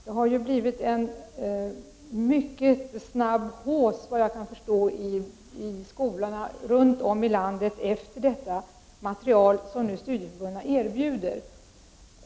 Det har enligt vad jag kan förstå blivit en mycket snabb hausse i skolorna runt om i landet efter det material som försäkringsbolagen nu erbjuder.